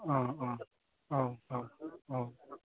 अ अ औ औ